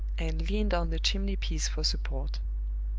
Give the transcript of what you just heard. and leaned on the chimney-piece for support.